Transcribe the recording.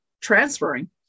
transferring